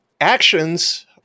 actions